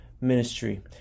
ministry